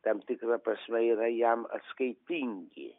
tam tikra prasme yra jam atskaitingi